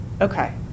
Okay